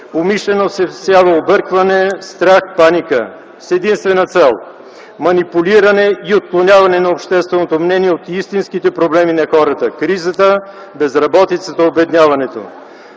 Умишлено се всява объркване, страх, паника с единствена цел манипулиране и отклоняване на общественото мнение от истинските проблеми на хората – кризата, безработицата, обедняването,